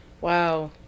wow